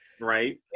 Right